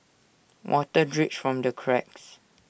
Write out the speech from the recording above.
water drips from the cracks